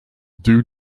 due